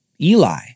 Eli